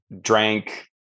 drank